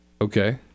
Okay